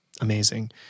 amazing